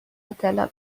اطلاع